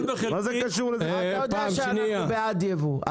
אנחנו בעד ייבוא,